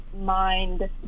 mind